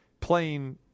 playing